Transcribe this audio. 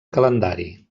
calendari